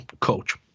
coach